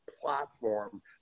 platform